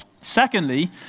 Secondly